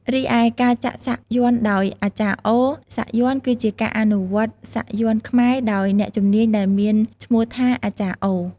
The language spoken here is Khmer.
រីឯការចាក់សាក់យ័ន្តដោយ អាចារ្យអូ សាក់យ័ន្ត គឺជាការអនុវត្តន៍សាក់យ័ន្តខ្មែរដោយអ្នកជំនាញដែលមានឈ្មោះថា អាចារ្យអូ។